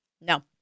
No